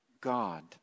God